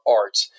art